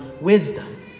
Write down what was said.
wisdom